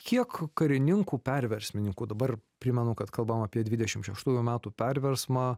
kiek karininkų perversmininkų dabar primenu kad kalbam apie dvidešim šeštųjų metų perversmą